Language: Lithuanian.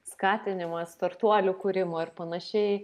skatinimas startuolių kūrimo ir panašiai